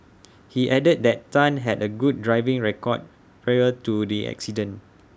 he added that Tan had A good driving record prior to the accident